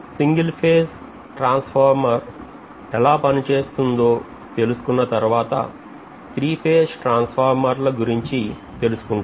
single phase transformer ఎలా పని చేస్తుందో తెలుసుకున్న తర్వాత త్రీఫేజ్ ట్రాన్స్ఫార్మర్ల గురించి తెలుసుకుంటాం